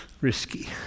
risky